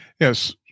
Yes